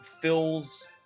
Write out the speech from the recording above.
fills